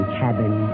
cabin